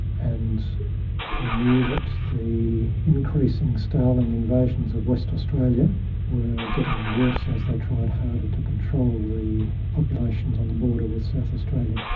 and he knew that the increasing starling invasions of west australia were getting worse as they tried harder to control the populations on the border with south australia.